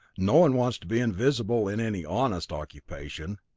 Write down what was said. no one wants to be invisible in any honest occupation.